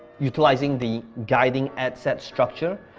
utilizing the guiding ad set structure,